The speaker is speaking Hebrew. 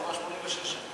זה 86 שנה.